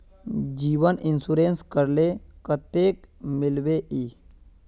जीवन इंश्योरेंस करले कतेक मिलबे ई?